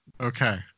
Okay